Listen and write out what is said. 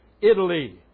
Italy